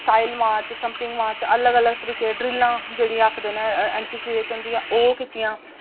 style march stamping march अलग अलग तरीके दे ड्रीलां जेह्ड़ी आखदे न एन सी सी बिच होंदिया ओह् कीत्तियां